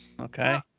Okay